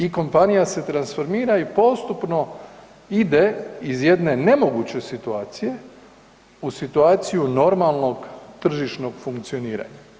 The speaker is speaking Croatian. I kompanija se transformira i postupno ide iz jedne nemoguće situacije u situaciju normalnog tržišnog funkcioniranja.